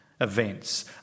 events